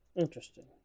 Interesting